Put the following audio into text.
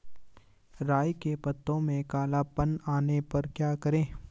राई के पत्तों में काला पन आने पर क्या करें?